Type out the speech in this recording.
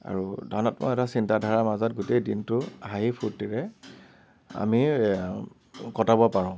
আৰু ধনাত্মক এটা চিন্তাধাৰাৰ মাজত গোটেই দিনটো হাঁহি ফুৰ্তিৰে আমি কটাব পাৰোঁ